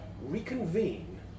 reconvene